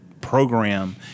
program